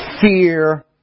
fear